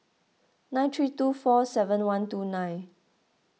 nine three two four seven one two nine